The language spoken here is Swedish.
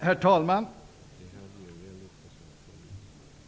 Herr talman!